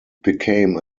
became